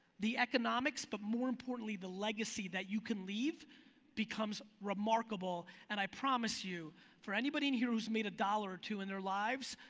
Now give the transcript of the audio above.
the economics, but more importantly, the legacy that you can leave becomes remarkable and i promise you for anybody in here who's made a dollar or two in their lives,